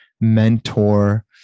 mentor